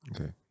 okay